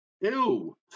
ew